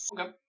Okay